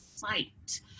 fight